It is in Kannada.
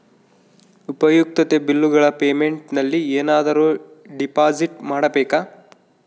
ಉಪಯುಕ್ತತೆ ಬಿಲ್ಲುಗಳ ಪೇಮೆಂಟ್ ನಲ್ಲಿ ಏನಾದರೂ ಡಿಪಾಸಿಟ್ ಮಾಡಬೇಕಾ?